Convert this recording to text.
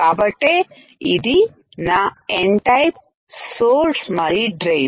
కాబట్టే ఇది నాN టైప్ సోర్స్ మరి డ్రైన్